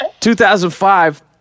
2005